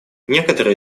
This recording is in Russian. некоторые